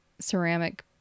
ceramic